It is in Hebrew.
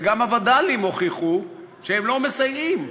וגם הווד"לים הוכיחו שהם לא מסייעים.